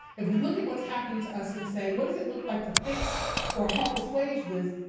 if we look at what's happening to us and say, what does it look like to fix or help assuage this,